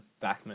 backman